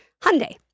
Hyundai